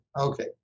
okay